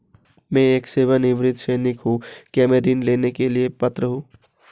मैं एक सेवानिवृत्त सैनिक हूँ क्या मैं ऋण लेने के लिए पात्र हूँ?